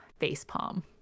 facepalm